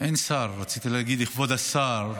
אין שר, רציתי להגיד כבוד השר.